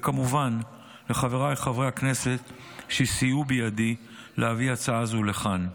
וכמובן לחבריי חברי הכנסת שסייעו בידי להביא הצעה זו לכאן.